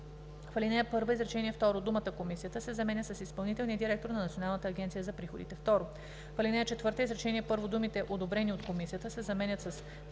В ал. 1, изречение второ думата „Комисията“ се заменя с „изпълнителния директор на Националната агенция за приходите“. 2. В ал. 4, изречение първо думите „одобрени от Комисията“ се заменят с